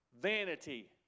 vanity